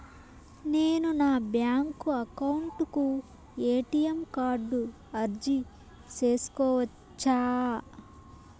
నేను నా bank account కు ఎ.టి.ఎం కార్డు అర్జీ సేసుకోవచ్చా?